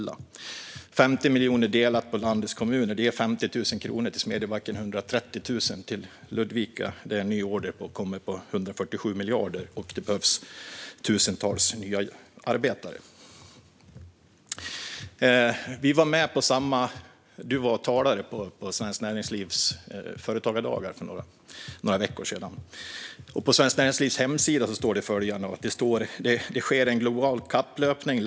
Om 50 miljoner delas på landets kommuner ger det 50 000 kronor till Smedjebacken och 130 000 till Ludvika, där det kommer en ny order på 147 miljarder och det behövs tusentals nya arbetare. Du var talare på Svenskt Näringslivs företagardagar för några veckor sedan, där jag också var med. På Svenskt Näringslivs hemsida står följande: "Just nu sker en global kapplöpning.